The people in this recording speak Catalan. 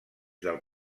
del